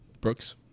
Brooks